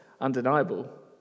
undeniable